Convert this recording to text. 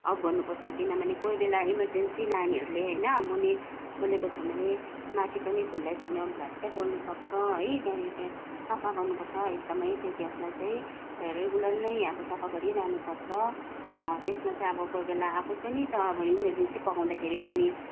of गर्नुपर्छ किनभने कोही बेला इमर्जेन्सी नानीहरूले होइन मुनि खोलेको छ भने माथि पनि खुल्लै छ भने भ्ल्याट्टै बल्नुसक्छ है त्यहाँदेखि सफा गर्नुपर्छ एकदमै त्यो ग्यासलाई चाहिँ रेगुलर नै अब सफा गरिरहनु पर्छ त्यसमा चाहिँ अब कोही बेला आफै पनि त इमर्जेन्सी पकाउँदाखेरि मुनि